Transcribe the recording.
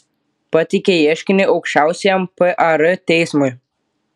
pateikė ieškinį aukščiausiajam par teismui